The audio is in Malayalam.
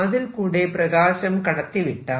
ഇതിൽ കൂടെ പ്രകാശം കടത്തി വിട്ടാൽ